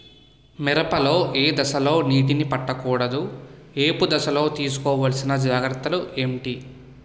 మిరప లో ఏ దశలో నీటినీ పట్టకూడదు? ఏపు దశలో తీసుకోవాల్సిన జాగ్రత్తలు ఏంటి?